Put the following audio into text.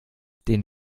den